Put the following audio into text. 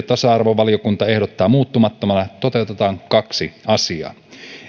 tasa arvovaliokunta ehdottaa muuttamattomana toteutetaan kaksi asiaa